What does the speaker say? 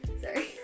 sorry